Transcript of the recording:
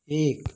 एक